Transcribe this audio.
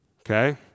Okay